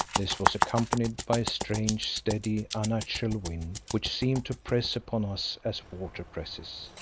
this was accompanied by a strange, steady, unnatural wind, which seemed to press upon us as water presses.